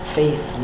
faith